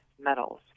metals